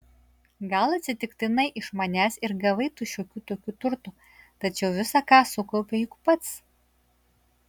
gal atsitiktinai iš manęs ir gavai tu šiokių tokių turtų tačiau visa ką sukaupei juk pats